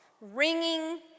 ringing